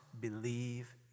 believe